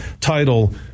title